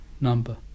number